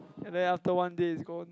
and then after one day it's gone